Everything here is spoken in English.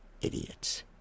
idiots